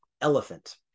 elephant